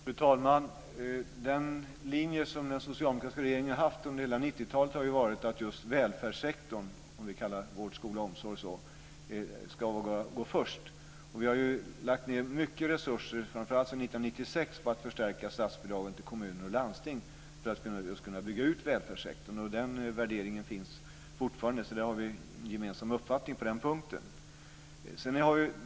Fru talman! Den linje som den socialdemokratiska regeringen har haft under hela 90-talet har ju varit att just välfärdssektorn, som vi kallar vård, skola och omsorg, ska gå först. Vi har lagt ned mycket resurser, framför allt sedan 1996, på att förstärka statsbidragen till kommuner och lansting för att just kunna bygga ut välfärdssektorn. Den värderingen finns fortfarande, så på den punkten har vi en gemensam uppfattning.